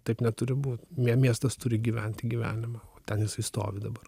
taip neturi būt mie miestas turi gyventi gyvenimą o ten jisai stovi dabar